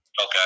Okay